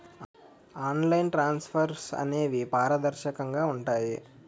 online transfers అనేవి పారదర్శకంగా ఉంటాయి